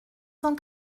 cent